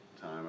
time